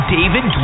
David